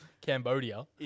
Cambodia